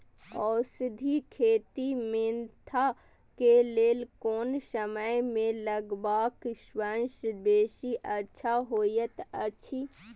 औषधि खेती मेंथा के लेल कोन समय में लगवाक सबसँ बेसी अच्छा होयत अछि?